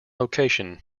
location